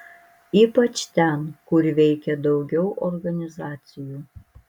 ypač ten kur veikė daugiau organizacijų